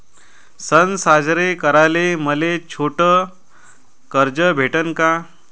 सन साजरे कराले मले छोट कर्ज भेटन का?